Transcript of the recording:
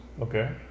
Okay